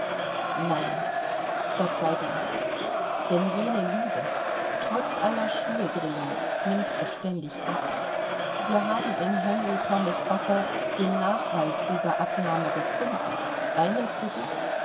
nein gott sei dank denn jene liebe trotz aller schuldrillung nimmt beständig ab wir haben in henry thomas buckle den nachweis dieser abnahme gefunden erinnerst du dich